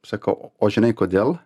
sakau o žinai kodėl